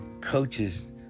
coaches